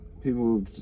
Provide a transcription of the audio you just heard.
People